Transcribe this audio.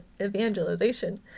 evangelization